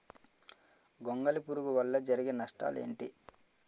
గొంగళి పురుగు వల్ల జరిగే నష్టాలేంటి?